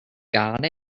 got